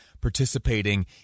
participating